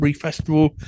festival